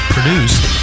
Produced